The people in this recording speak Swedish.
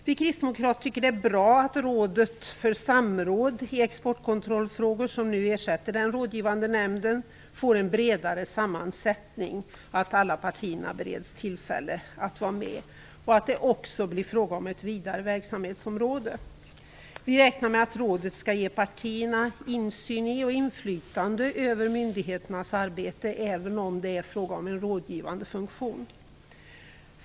Vi kristdemokrater tycker att det är bra att Rådet för samråd i exportkontrollfrågor, som nu ersätter den rådgivande nämnden, får en bredare sammansättning och att alla partier bereds tillfälle att delta i rådet samt att det också blir fråga om ett vidare verksamhetsområde. Vi räknar med att rådet skall ge partierna insyn i och inflytande över myndigheternas arbete, även om det är fråga om en rådgivande funktion.